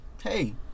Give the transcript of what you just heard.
hey